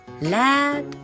Let